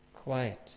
Quiet